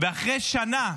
ואחרי שנה,